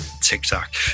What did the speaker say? TikTok